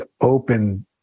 open